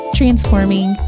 transforming